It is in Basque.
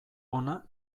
ona